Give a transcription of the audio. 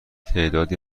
تعدادی